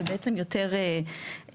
אבל בעצם יותר חריפה,